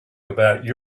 about